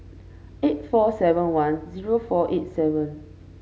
eight four seven one zero four eight seven